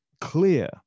clear